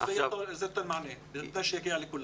זה נותן מענה בתנאי שיגיע לכולם.